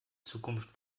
zukunft